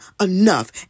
enough